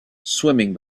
swimming